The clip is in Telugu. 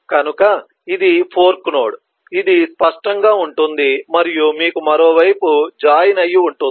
కనుక ఇది ఒక ఫోర్క్ నోడ్ ఇది స్పష్టంగా ఉంటుంది మరియు మీకు మరొక వైపు జాయిన్ అయ్యి ఉంటుంది